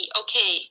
okay